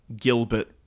Gilbert